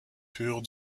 pures